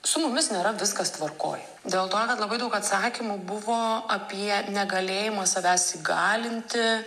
su mumis nėra viskas tvarkoj dėl to kad labai daug atsakymų buvo apie negalėjimą savęs įgalinti